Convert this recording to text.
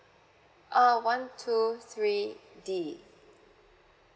uh one two three D